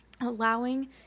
allowing